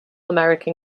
american